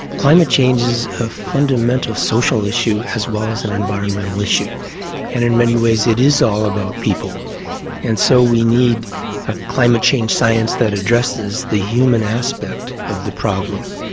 climate change is a fundamental social issue as well as an environmental issue and in many ways it is all about people and so we need a climate change science that addresses the human aspect of the problem.